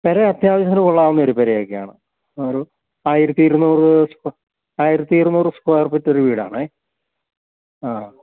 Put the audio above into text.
പെര അത്യാവശ്യത്തിന് കൊള്ളാവുന്ന ഒരു പെര ഒക്കെയാണ് ഒരു ആയിരത്തി ഇരുന്നൂറ് ആയിരത്തി ഇരുന്നൂറ് സ്ക്വയർ ഫീറ്റൊരു വീട് ആണ് ആ